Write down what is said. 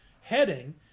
heading